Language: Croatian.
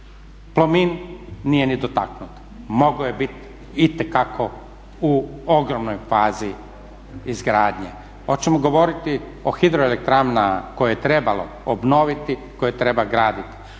Plomin nije ni dotaknut, mogao je biti itekako u ogromnoj fazi izgradnje. Hoćemo govorit o hidroelektranama koje je trebalo obnoviti koje treba graditi,